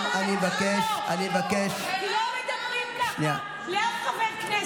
כי לא מדברים ככה על אף חבר כנסת.